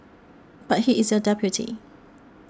but he is your deputy